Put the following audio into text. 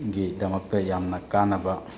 ꯒꯤꯗꯃꯛꯇ ꯌꯥꯝꯅ ꯀꯥꯟꯅꯕ